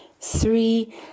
three